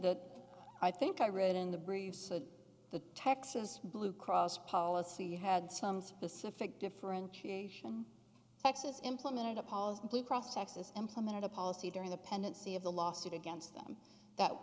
that i think i wrote in the bruce the texas blue cross policy you had some specific differentiation texas implemented a policy blue cross texas implemented a policy during the pendency of the lawsuit against them that